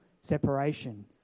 separation